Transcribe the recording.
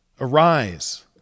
Arise